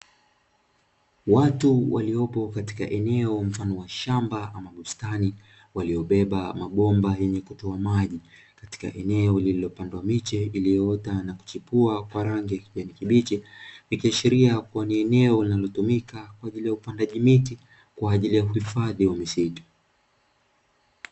Watu waliopo katika eneo mfano wa shamba ama bustani waliobeba mabomba yenye kutoa maji katika eneo lililopandwa miche iliyoota na kuchipua kwa rangi ya kijani kibichi ikiashiria kuwa ni eneo linalotumika kwa ajili ya upandaji miti kwa ajili ya uhifadhi wa misitu.